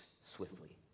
swiftly